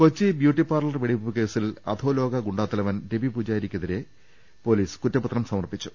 Kochi beauty parlour വെടിവെപ്പുകേസിൽ അധോലോക ഗുണ്ടാ ത്തലവൻ രവിപൂജാരിക്കെതിരെ പൊലീസ് കുറ്റപത്രം സമർപ്പിച്ചു